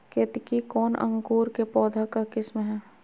केतकी कौन अंकुर के पौधे का किस्म है?